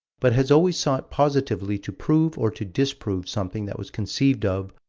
but has always sought positively to prove or to disprove something that was conceived of,